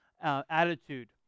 attitude